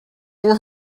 were